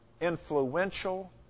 influential